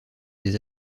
des